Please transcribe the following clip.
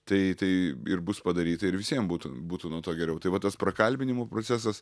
tai tai ir bus padaryta ir visiem būtų būtų nuo to geriau tai va tas prakalbinimo procesas